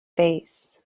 face